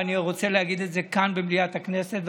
ואני רוצה להגיד את זה כאן במליאת הכנסת,